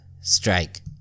Strike